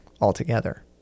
altogether